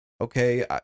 okay